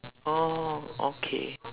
oh okay